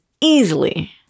easily